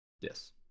Yes